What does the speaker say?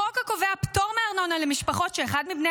חוק הקובע פטור מארנונה למשפחות שאחד מבני